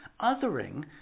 othering